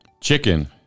Chicken